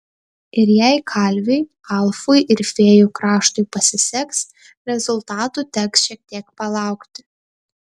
ir jei kalviui alfui ir fėjų kraštui pasiseks rezultatų teks šiek tiek palaukti